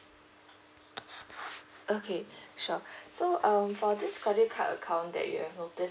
okay sure so um for this credit card account that you have notice